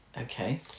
Okay